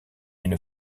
une